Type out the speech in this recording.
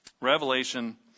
Revelation